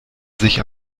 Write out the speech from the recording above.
sich